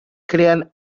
creen